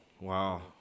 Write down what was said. Wow